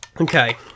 Okay